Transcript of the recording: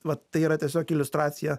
vat tai yra tiesiog iliustracija